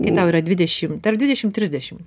kai tau yra dvidešimt tarp dvidešimt trisdešimt